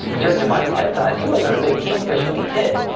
judging by his head size he wasn't a big kingfish when he hit,